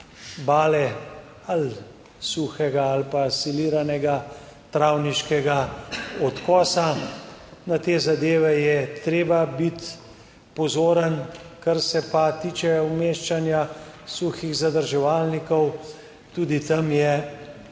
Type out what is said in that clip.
bale ali suhega ali pa siliranega travniškega odkosa, na te zadeve je treba biti pozoren. Kar se pa tiče umeščanja suhih zadrževalnikov, tudi tam je